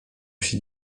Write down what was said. się